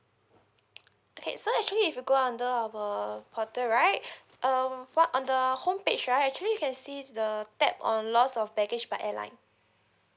okay so actually if you go under our portal right um what on the home page right actually you can see the tab on loss of baggage by airline